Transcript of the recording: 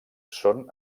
són